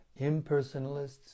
Impersonalists